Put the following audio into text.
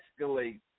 escalate